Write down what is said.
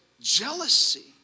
jealousy